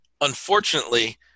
Unfortunately